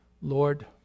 Lord